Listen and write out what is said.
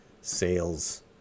sales